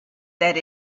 that